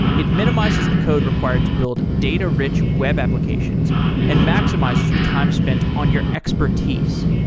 it minimizes the code required to build data-rich web applications and maximizes your time spent on your expertise.